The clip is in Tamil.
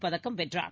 பதக்கம் வென்றார்